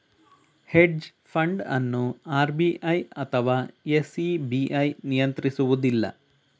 hedge fund ಅನ್ನು RBI ಅಥವಾ SEBI ನಿಯಂತ್ರಿಸುವುದಿಲ್ಲ